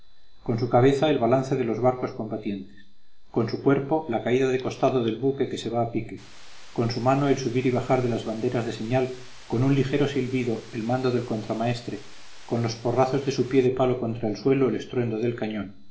con su cabeza el balance de los barcos combatientes con su cuerpo la caída de costado del buque que se va a pique con su mano el subir y bajar de las banderas de señal con un ligero silbido el mando del contramaestre con los porrazos de su pie de palo contra el suelo el estruendo del cañón